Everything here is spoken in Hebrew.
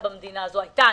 במדינה הזאת הייתה מגפה,